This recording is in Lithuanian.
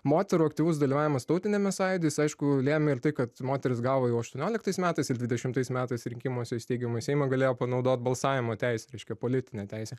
moterų aktyvus dalyvavimas tautiniame sąjūdy jis aišku lėmė ir tai kad moterys gavo jau aštuonioliktais metais ir dvidešimtais metais rinkimuose į steigiamąjį seimą galėjo panaudot balsavimo teisę reiškia politinę teisę